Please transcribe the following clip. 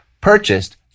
purchased